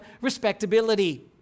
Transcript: respectability